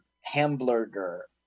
Hamburger